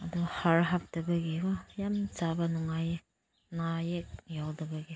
ꯑꯗꯨ ꯍꯥꯔ ꯍꯥꯞꯇꯕꯒꯤꯀꯣ ꯌꯥꯝ ꯆꯥꯕ ꯅꯨꯡꯉꯥꯏ ꯑꯅꯥ ꯌꯦꯛ ꯌꯥꯎꯗꯕꯒꯤ